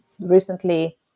recently